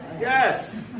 Yes